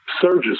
surges